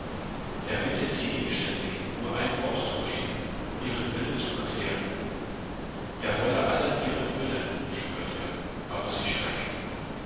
er bittet sie inständig nur ein wort zu reden ihren willen zu erklären er wolle allen ihren willen schwört er aber sie schweigt